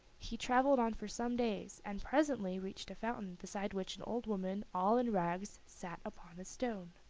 he traveled on for some days, and presently reached a fountain beside which an old woman all in rags sat upon a stone.